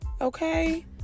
Okay